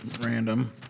random